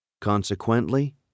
Consequently